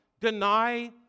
deny